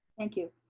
thank you,